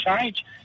change